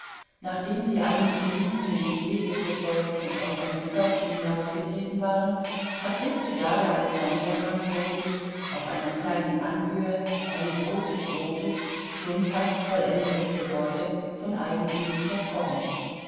nachdem sie einigen windungen des weges gefolgt und aus einem pförtchen hinausgetreten waren erblickte darja alexandrowna vor sich auf einer kleinen anhöhe ein großes rotes schon fast vollendetes gebäude von eigentümlicher form